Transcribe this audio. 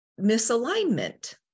misalignment